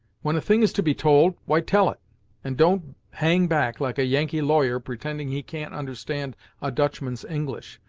when a thing is to be told, why tell it and don't hang back like a yankee lawyer pretending he can't understand a dutchman's english,